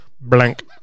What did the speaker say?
blank